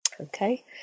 Okay